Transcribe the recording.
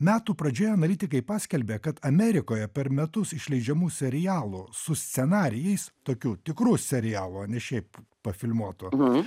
metų pradžioje analitikai paskelbė kad amerikoje per metus išleidžiamų serialų su scenarijais tokių tikrų serialų ne šiaip filmuotų